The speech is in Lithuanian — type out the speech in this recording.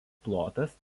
plotas